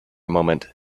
moment